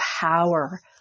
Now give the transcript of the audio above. power